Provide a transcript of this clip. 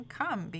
come